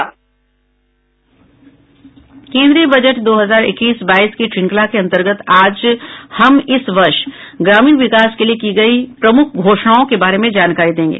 केन्द्रीय बजट दो हजार इक्कीस बाईस की श्रृंखला के अंतर्गत आज हम इस वर्ष ग्रामीण विकास के लिए की गई प्रमुख घोषणाओं के बारे में जानकारी देंगे